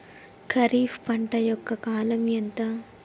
ఖరీఫ్ పంట యొక్క కాలం ఎంత?